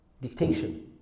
dictation